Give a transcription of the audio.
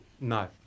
no